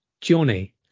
Johnny